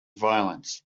violence